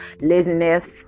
Laziness